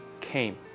came